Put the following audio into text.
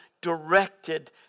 directed